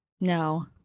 no